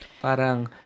parang